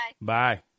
Bye